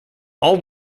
all